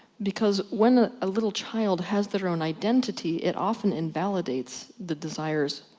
because when a little child has their own identity it often invalidates the desires,